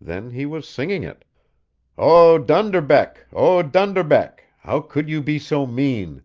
then he was singing it oh dunderbeck, oh dunderbeck, how could you be so mean